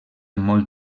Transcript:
molt